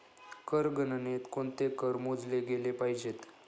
कर गणनेत कोणते कर मोजले गेले पाहिजेत?